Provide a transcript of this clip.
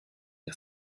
you